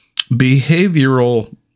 behavioral